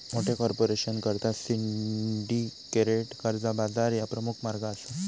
मोठ्या कॉर्पोरेशनकरता सिंडिकेटेड कर्जा बाजार ह्या प्रमुख मार्ग असा